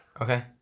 Okay